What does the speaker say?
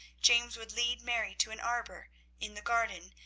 james would lead mary to an arbour in the garden,